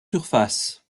surface